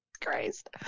Christ